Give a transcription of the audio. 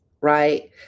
right